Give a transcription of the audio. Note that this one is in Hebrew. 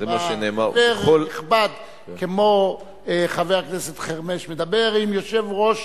שחבר נכבד כמו חבר הכנסת חרמש מדבר עם יושב-ראש